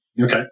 Okay